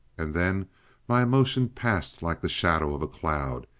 and then my emotion passed like the shadow of a cloud,